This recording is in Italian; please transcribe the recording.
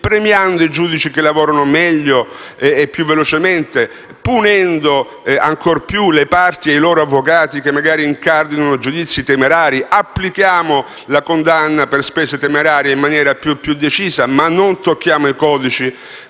premiando i giudici che lavorano meglio e più velocemente, punendo ancor più le parti e i loro avvocati che magari incardinano giudizi temerari, applicando la condanna per spese temerarie in maniera più decisa. Non tocchiamo però i codici,